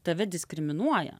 tave diskriminuoja